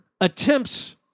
attempts